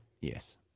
yes